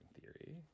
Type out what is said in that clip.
theory